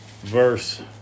Verse